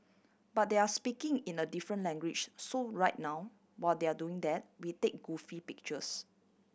but they're speaking in a different language so right now while they're doing that we take goofy pictures